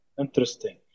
interesting